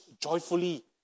joyfully